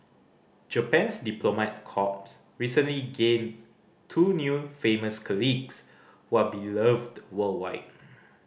Japan's diplomat corps recently gained two new famous colleagues who are beloved worldwide